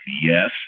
yes